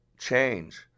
change